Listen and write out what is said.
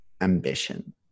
ambition